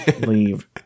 leave